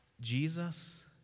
Jesus